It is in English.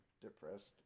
depressed